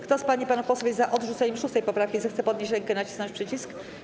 Kto z pań i panów posłów jest za odrzuceniem 6. poprawki, zechce podnieść rękę i nacisnąć przycisk.